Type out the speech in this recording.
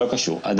אם זה קיים.